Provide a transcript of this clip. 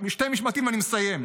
שני משפטים ואני מסיים.